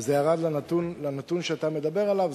וזה ירד לנתון שאתה מדבר עליו.